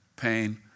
pain